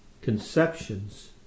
conceptions